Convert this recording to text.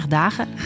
dagen